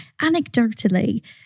anecdotally